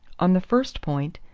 on the first point,